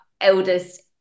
eldest